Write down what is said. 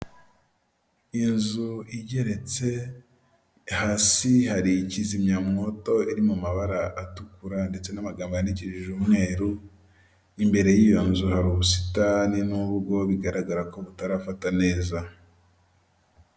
Iyo nzu igeretse hasi hari ikizimyamwoto iri mu mabara atukura ndetse n'amagambo yandikishije umweru, imbere y'iyo nzu hari ubusitani nubwo bigaragara ko butarafata neza.